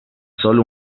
sólo